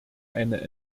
eine